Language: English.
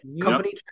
company